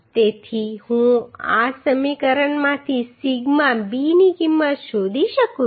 તેથી હું આ સમીકરણમાંથી સિગ્મા b ની કિંમત શોધી શકું છું